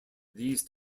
these